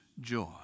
joy